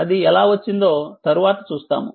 అది ఎలా వచ్చిందో తరువాత చూస్తాము